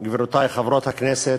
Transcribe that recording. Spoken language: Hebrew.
גבירותי חברות הכנסת,